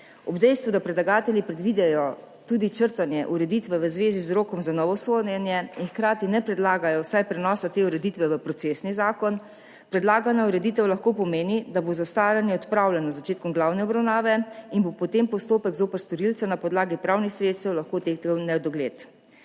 Ob dejstvu, da predlagatelji predvidijo tudi črtanje ureditve v zvezi z rokom za novo sojenje in hkrati ne predlagajo vsaj prenosa te ureditve v procesni zakon, predlagana ureditev lahko pomeni, da bo zastaranje odpravljeno z začetkom glavne obravnave in bo potem postopek zoper storilce na podlagi pravnih sredstev lahko tehtal v nedogled.